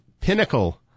pinnacle